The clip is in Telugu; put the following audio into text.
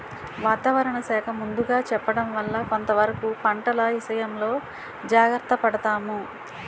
వాతావరణ శాఖ ముందుగా చెప్పడం వల్ల కొంతవరకు పంటల ఇసయంలో జాగర్త పడతాము